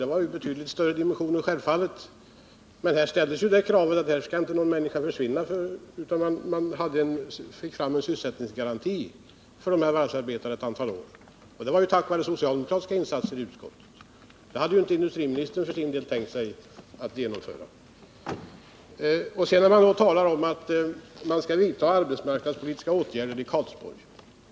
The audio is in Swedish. Den var ju av betydligt större dimensioner, men där ställdes kravet att ingen anställd skulle avskedas. Där fick vi en sysselsättningsgaranti för varvsarbetarna ett antal år framåt. Det var tack vare socialdemokratiska insatser i utskottet. Det hade inte industriministern tänkt 15 sig att genomföra. Man talar om att vidta arbetsmarknadspolitiska åtgärder i Karlsborg.